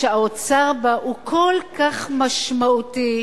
שהאוצר בה הוא כל כך משמעותי,